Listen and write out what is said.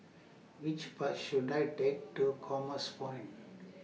Which Bus should I Take to Commerce Point